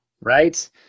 Right